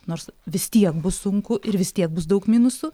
nors vis tiek bus sunku ir vis tiek bus daug minusų